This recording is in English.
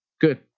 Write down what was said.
Good